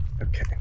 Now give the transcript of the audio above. Okay